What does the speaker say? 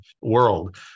world